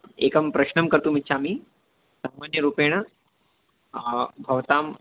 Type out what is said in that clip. एकं प्रश्नं कर्तुमिच्छामि सामान्यरूपेण भवताम्